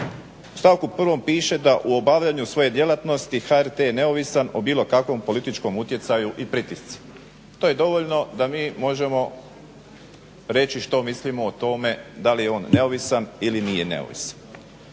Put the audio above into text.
U stavku prvom piše da u obavljanju svoje djelatnosti HRT je neovisan o bilo kakvom političkom utjecaju i pritiscima. To je dovoljno da mi možemo reći što mislimo o tome da li je on neovisan ili nije neovisan.